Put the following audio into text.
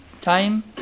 time